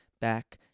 back